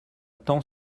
temps